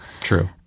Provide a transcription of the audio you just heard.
True